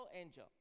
angel